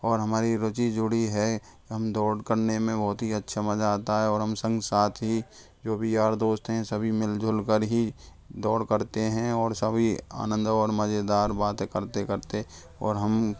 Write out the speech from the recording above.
और हमारी रुचि जुड़ी है हम दौड़ करने में बहुत ही अच्छा मज़ा आता है और हम संग साथी जो भी यार दोस्त हैं सभी मिल जुल कर ही दौड़ करते हैं और सभी आनंद और मज़ेदार बातें करते करते और हम